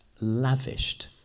lavished